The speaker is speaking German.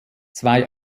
zwei